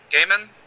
Gaiman